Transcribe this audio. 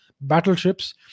battleships